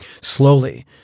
Slowly